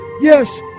yes